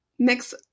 Mix